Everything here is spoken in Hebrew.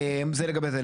זה לגבי זה.